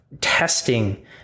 testing